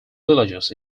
villages